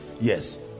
yes